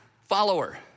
follower